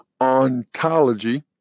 Ontology